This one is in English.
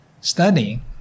studying